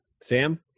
Sam